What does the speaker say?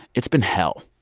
it's been hell.